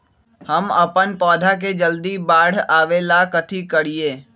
हम अपन पौधा के जल्दी बाढ़आवेला कथि करिए?